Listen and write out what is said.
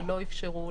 שלא אפשרו